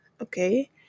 okay